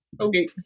Okay